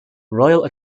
royal